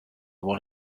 one